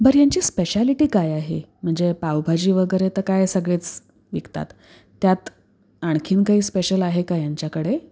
बरं यांची स्पेशालिटी काय आहे म्हणजे पावभाजी वगैरे तर काय सगळेच विकतात त्यात आणखी काही स्पेशल आहे का यांच्याकडे